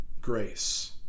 Grace